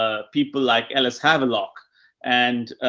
ah people like ellis havelock and,